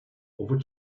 over